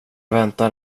väntar